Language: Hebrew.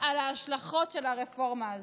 על ההשלכות של הרפורמה הזו?